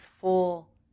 full